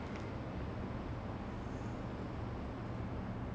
in the I I never had anything like this before like an indian setting